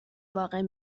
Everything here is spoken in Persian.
واقع